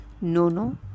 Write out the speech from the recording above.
Nono